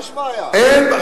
בעיה עם ועדת קבלה.